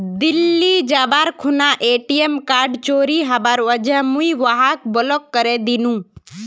दिल्ली जबार खूना ATM card चोरी हबार वजह मुई वहाक ब्लॉक करे दिनु